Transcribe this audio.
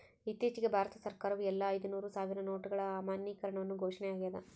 ಇತ್ತೀಚಿಗೆ ಭಾರತ ಸರ್ಕಾರವು ಎಲ್ಲಾ ಐದುನೂರು ಸಾವಿರ ನೋಟುಗಳ ಅಮಾನ್ಯೀಕರಣವನ್ನು ಘೋಷಣೆ ಆಗ್ಯಾದ